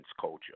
culture